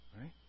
right